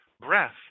Breath